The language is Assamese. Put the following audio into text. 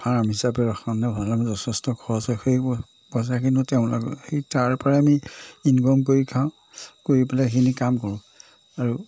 ফাৰ্ম হিচাপে ৰখা নে ভাল আমি যথেষ্ট খৰচ হয় সেই পইচাখিনিও তেওঁলোকে সেই তাৰ পৰাই আমি ইনকম কৰি খাওঁ কৰি পেলাই সেইখিনি কাম কৰোঁ আৰু